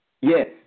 Yes